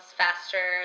faster